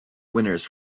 winners